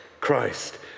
Christ